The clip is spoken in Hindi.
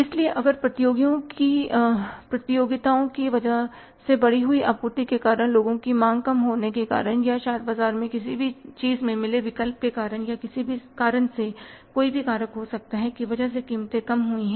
इसलिए अगर प्रतियोगिताओं की वजह से बढ़ी हुई आपूर्ति के कारण लोगों की मांग कम होने के कारण या शायद बाजार या किसी भी चीज़ में मिले विकल्प के कारण या किसी भी कारण से कोई भी कारक हो सकता है की वजह से कीमतें कम हुई हैं